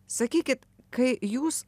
sakykit kai jūs